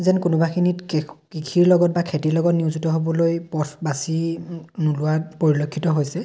যেন কোনোবাখিনিত কৃষিৰ লগত বা খেতিৰ লগত নিয়োজিত হ'বলৈ পথ বাচি নোলোৱাত পৰিলক্ষিত হৈছে